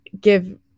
give